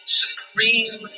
supreme